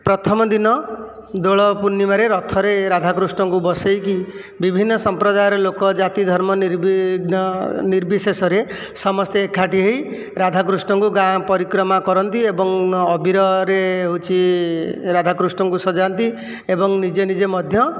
ପ୍ରଥମ ଦିନ ଦୋଳ ପୂର୍ଣ୍ଣିମାରେ ରଥରେ ରାଧାକୃଷ୍ଣଙ୍କୁ ବସାଇକି ବିଭିନ୍ନ ସମ୍ପ୍ରଦାୟର ଲୋକ ଜାତି ଧର୍ମ ନିର୍ବିଘ୍ନ ନିର୍ବିଶେଷରେ ସମସ୍ତେ ଏକାଠି ହେଇ ରାଧାକୃଷ୍ଣଙ୍କୁ ଗାଁ ପରିକ୍ରମା କରନ୍ତି ଏବଂ ଅବିରରେ ହେଉଛି ରାଧାକୃଷ୍ଣଙ୍କୁ ସଜାନ୍ତି ଏବଂ ନିଜେ ନିଜେ ମଧ୍ୟ